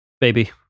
baby